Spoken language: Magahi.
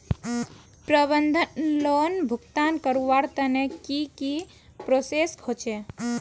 प्रबंधन लोन भुगतान करवार तने की की प्रोसेस होचे?